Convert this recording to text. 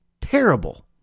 terrible